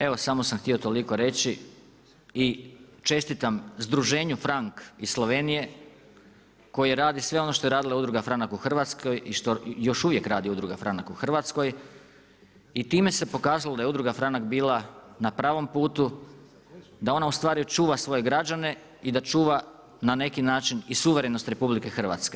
Evo sam htio toliko reći i čestitam Združenju Frank iz Slovenije koji radi sve ono što je radila Udruga Franak u Hrvatskoj i što još uvijek radi Udruga Franak u Hrvatskoj i time se pokazalo da je Udruga Franak bila na pravom putu, da ona ustvari čuva svoje građane i da čuva na neki način i suverenost RH.